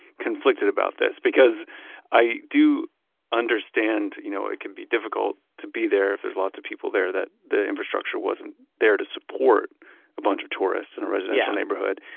conflicted about this because i do understand, you know it can be difficult to be there if there's lots of people there that the infrastructure wasn't there to support a bunch of tourists in a residential neighborhood.